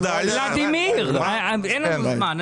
ולדימיר, אין לנו זמן.